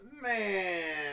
Man